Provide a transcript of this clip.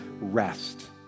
rest